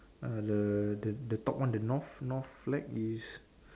err the the the top one the north north flag is